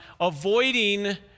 avoiding